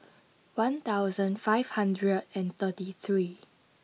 one thousand five hundred and thirty three